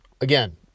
again